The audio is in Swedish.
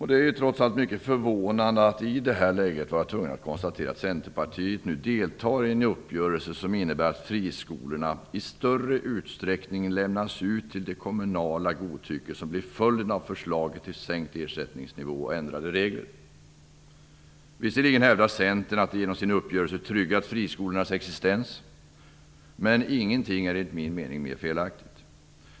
Det är trots allt mycket förvånande att i det här läget vara tvungen att konstatera att Centerpartiet nu deltar i en uppgörelse som innebär att friskolorna i större utsträckning lämnas ut till det kommunala godtycke som blir följden av förslaget till sänkt ersättningsnivå och ändrade regler. Visserligen hävdar Centern att man genom sin uppgörelse tryggat friskolornas existens. Men ingenting är enligt min mening mer felaktigt.